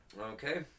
Okay